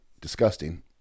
disgusting